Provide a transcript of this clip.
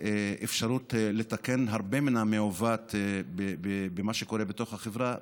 אפשרות לתקן הרבה מן המעוות במה שקורה בתוך החברה בישראל,